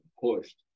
pushed